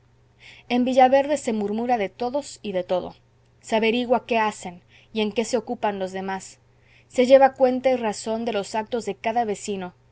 en villaverde se murmura de todos y de todo se averigua qué hacen y en qué se ocupan los demás se lleva cuenta y razón de los actos de cada vecino